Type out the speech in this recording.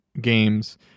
games